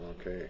Okay